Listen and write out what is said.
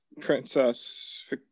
Princess